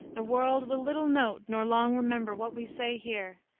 the world will little note nor long remember what we say here,